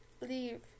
leave